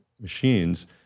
machines